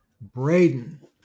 Braden